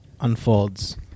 unfolds